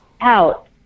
out